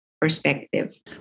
perspective